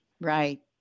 Right